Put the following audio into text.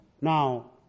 Now